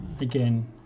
again